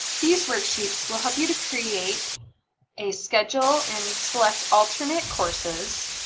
these worksheets will help you to create a schedule and select alternate courses